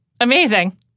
Amazing